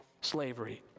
slavery